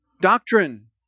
doctrine